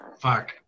Fuck